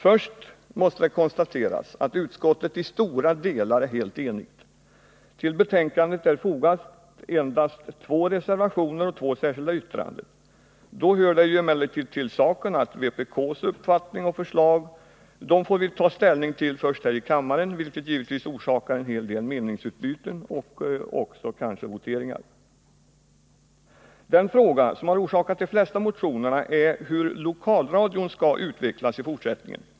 Först måste det konstateras att utskottet i stora delar är helt enigt. Till betänkandet är fogat endast två reservationer och två särskilda.yttranden. Då hör det emellertid till saken att vpk:s uppfattning och förslag får vi ta ställning till först här i kammaren, vilket givetvis orsakar en hel del meningsutbyte och också voteringar. Den fråga som har orsakat de flesta motionerna är hur lokalradion skall utvecklas i fortsättningen.